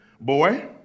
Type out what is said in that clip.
boy